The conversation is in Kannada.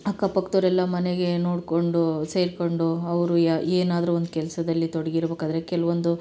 ಅಕ್ಕಪಕ್ಕದವ್ರೆಲ್ಲ ಮನೆಗೆ ನೋಡಿಕೊಂಡು ಸೇರಿಕೊಂಡು ಅವರು ಯ ಏನಾದ್ರೂ ಒಂದು ಕೆಲಸದಲ್ಲಿ ತೊಡ್ಗಿರ್ಬೇಕಾದ್ರೆ ಕೆಲವೊಂದು